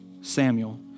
Samuel